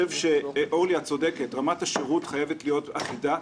אורלי, את צודקת, רמת השירות חייבת להיות אחידה.